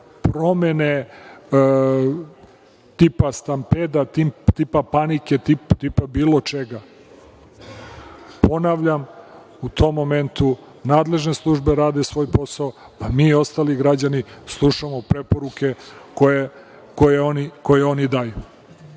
promene tipa stampeda, tipa panike, tipa bilo čega. Ponavljam, u tim momentu nadležne službe rade svoj posao, a mi ostali građani slušamo preporuke koje oni daju.